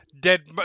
dead